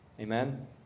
Amen